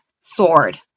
sword